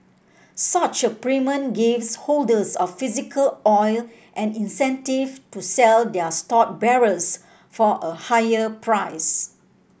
such a premium gives holders of physical oil an incentive to sell their stored barrels for a higher price